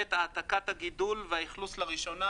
"בעת העתקת הגידול והאכלוס לראשונה",